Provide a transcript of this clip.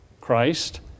Christ